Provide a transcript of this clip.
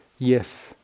Yes